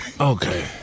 Okay